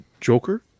Joker